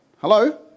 Hello